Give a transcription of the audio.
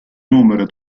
numero